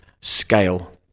scale